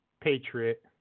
Patriot